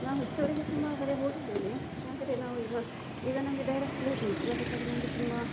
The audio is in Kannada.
ನಾವು ಇಷ್ಟರವರೆಗೆ ಸುಮಾರು ಕಡೆ ಹೋಗಿದ್ದೇವೆ ಆದರೆ ನಾವು ಈಗ ಈಗ ನಮಗೆ ಡೈರೆಕ್ಟ್ ಫ್ಲೈಟ್ ಉಂಟು ಅದಕ್ಕಾಗಿ ನಮಗೆ ತುಂಬ